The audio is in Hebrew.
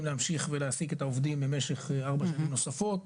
להמשיך ולהעסיק את העובדים במשך ארבע שנים נוספות.